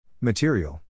Material